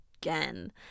again